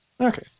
okay